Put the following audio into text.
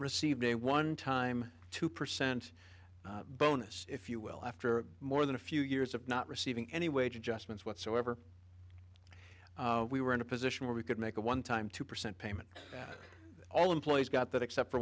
received a one time two percent bonus if you will after more than a few years of not receiving any wage adjustments whatsoever we were in a position where we could make a one time two percent payment that all employees got that except for